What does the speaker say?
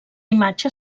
imatge